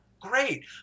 great